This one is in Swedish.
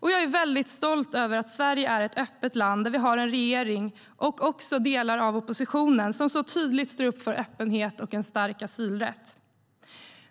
Jag är mycket stolt över att Sverige är ett öppet land där vi har en regering och också delar av oppositionen som så tydligt står upp för öppenhet och en stark asylrätt.